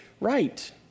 right